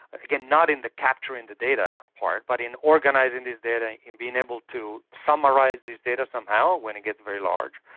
again, not in the capturing the data part but in organising this data, in being able to summarise this data somehow when it gets very large,